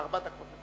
ארבע דקות.